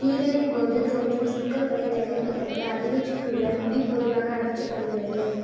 கீறலின் போது தோன்றும் சிக்கல்களைத் தவிர்ப்பதற்காக அடிவயிற்றில் உள்ள முடி பொதுவாக அகற்றப்படுகிறது